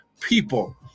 people